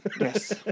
Yes